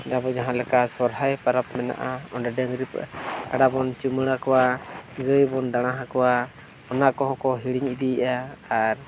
ᱟᱵᱚ ᱡᱟᱦᱟᱸ ᱞᱮᱠᱟ ᱥᱚᱦᱨᱟᱭ ᱯᱟᱨᱟᱵᱽ ᱢᱮᱱᱟᱜᱼᱟ ᱚᱸᱰᱮ ᱰᱟᱝᱨᱤ ᱠᱟᱰᱟ ᱵᱚᱱ ᱪᱩᱢᱟᱹᱲᱟ ᱠᱚᱣᱟ ᱜᱟᱹᱭ ᱵᱚᱱ ᱫᱟᱬᱟ ᱟᱠᱚᱣᱟ ᱚᱱᱟ ᱠᱚᱦᱚᱸ ᱠᱚ ᱦᱤᱲᱤᱧ ᱤᱫᱤᱭᱮᱜᱼᱟ ᱟᱨ